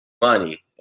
money